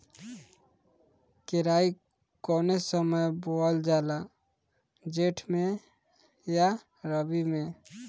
केराई कौने समय बोअल जाला जेठ मैं आ रबी में?